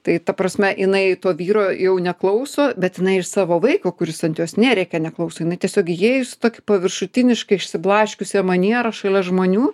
tai ta prasme jinai to vyro jau neklauso bet jinai ir savo vaiko kuris ant jos nerėkia neklauso jinai tiesiog įėjus į tokį paviršutinišką išsiblaškiusią manierą šalia žmonių